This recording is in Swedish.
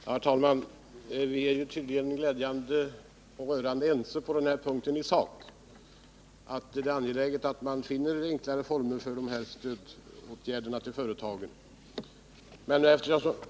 Herr talman! Vi är tydligen glädjande och rörande ense på den här punkten i sak, att det är angeläget att finna enklare former för stödet till företagen.